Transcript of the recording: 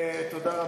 תודה.